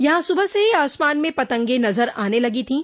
यहां सुबह से ही आसमान में पतंगें नज़र आने लगी थीं